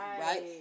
Right